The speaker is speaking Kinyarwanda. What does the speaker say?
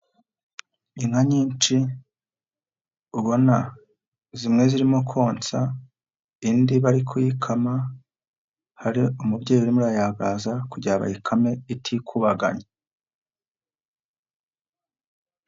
Inka nyinshi ubona zimwe zirimo konsa indi bari kuyikama hari umubyeyi urimo urayagaza kugira bayikame itikubaganya.